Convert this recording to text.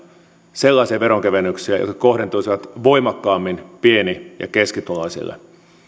sellaisia veronkevennyksiä jotka kohdentuisivat voimakkaammin pieni ja keskituloisille